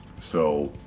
so,